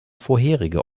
vorherige